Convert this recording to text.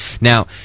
Now